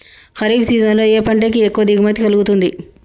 Kharif season లో ఏ పంట కి ఎక్కువ దిగుమతి కలుగుతుంది?